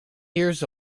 years